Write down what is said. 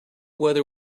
weather